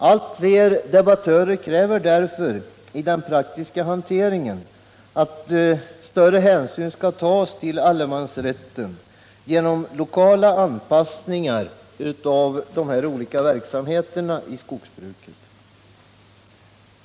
Allt fler debattörer kräver därför att i den praktiska hanteringen större hänsyn skall tas till allemansrätten genom lokala anpassningar av dessa olika verksamheter i skogsbruket.